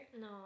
No